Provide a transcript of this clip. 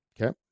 Okay